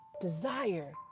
desire